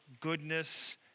goodness